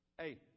Hey